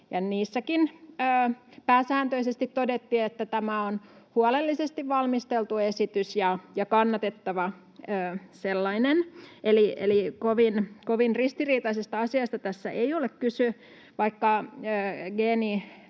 niissäkin pääsääntöisesti todettiin, että tämä on huolellisesti valmisteltu esitys ja kannatettava sellainen. Eli kovin ristiriitaisesta asiasta tässä ei ole kyse, vaikka